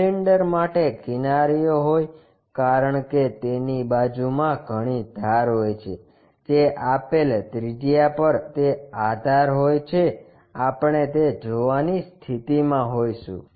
cylinder માટે કિનારીઓ હોય કારણ કે તેની બાજુમાં ઘણી ધાર હોય છે જે આપેલ ત્રિજ્યા પર હોય છે તે ધાર હોય છે આપણે તે જોવાની સ્થિતિમાં હોઈશું